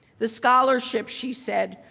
the scholarship, she said,